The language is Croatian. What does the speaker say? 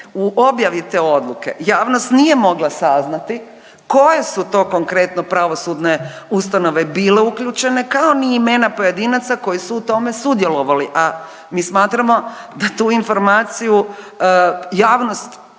u objavi te odluke javnost nije mogla saznati koje su to konkretno pravosudne ustanove bile uključene, kao ni imena pojedinaca koji su u tome sudjelovali, a mi smatramo da tu informaciju javnost